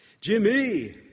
Jimmy